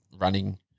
running